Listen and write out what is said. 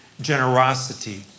generosity